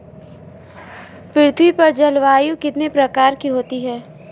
पृथ्वी पर जलवायु कितने प्रकार की होती है?